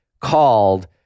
called